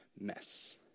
mess